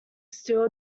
still